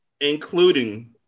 Including